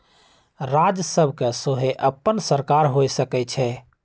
राज्य सभ के सेहो अप्पन सरकार हो सकइ छइ